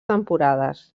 temporades